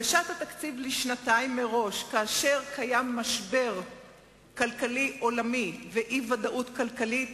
הגשת התקציב לשנתיים מראש בעת משבר כלכלי עולמי ואי-ודאות כלכלית